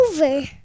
over